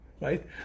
Right